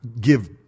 give